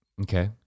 Okay